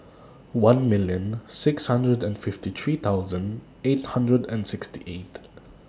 one million six hundred and fifty three thousand eight hundred and sixty eight